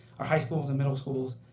our high schools and middle schools,